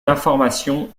d’information